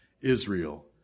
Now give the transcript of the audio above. Israel